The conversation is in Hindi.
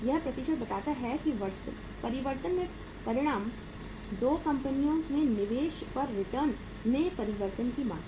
यह प्रतिशत बताता है कि परिवर्तन की परिमाण 2 कंपनियों में निवेश पर रिटर्न मेंपरिवर्तन की मात्रा